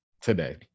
today